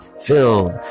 filled